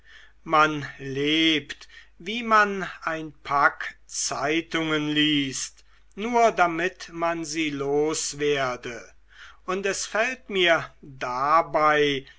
man lebt wie man ein pack zeitungen liest nur damit man sie loswerde und es fällt mir dabei